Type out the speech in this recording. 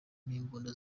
n’imbunda